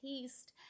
taste